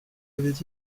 avaient